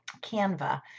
Canva